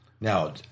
now